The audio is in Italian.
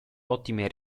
ottime